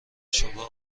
شبه